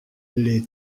les